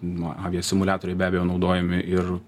nuo avija simuliatoriai be abejo naudojami ir